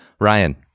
Ryan